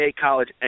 college